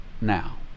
now